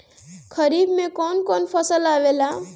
खरीफ में कौन कौन फसल आवेला?